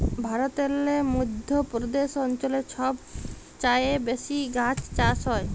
ভারতেল্লে মধ্য প্রদেশ অঞ্চলে ছব চাঁঁয়ে বেশি গাহাচ চাষ হ্যয়